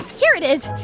here it is.